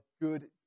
good